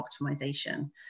optimization